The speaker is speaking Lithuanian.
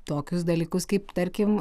tokius dalykus kaip tarkim